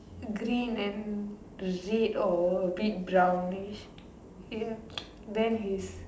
green and red or a bit brownish ya then his